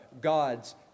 God's